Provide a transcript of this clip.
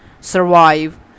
Survive